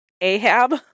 Ahab